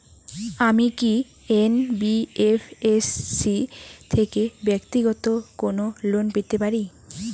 আমি কি এন.বি.এফ.এস.সি থেকে ব্যাক্তিগত কোনো লোন পেতে পারি?